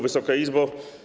Wysoka Izbo!